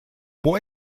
può